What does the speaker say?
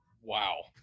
Wow